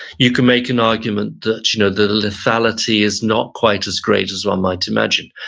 you can make an argument that you know the lethality is not quite as great as one might imagine.